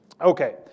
Okay